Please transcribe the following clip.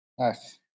Nice